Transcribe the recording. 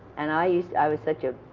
and i used i was such a